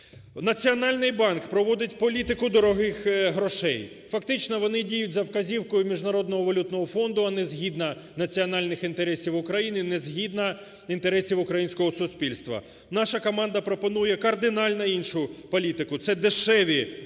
Національний банк проводить політику дорогих грошей. Фактично вони діють за вказівкою Міжнародного валютного фонду, а не згідно національних інтересів України, не згідно інтересів українського суспільства. Наша команда пропонує кардинально іншу політику. Це дешеві, довгі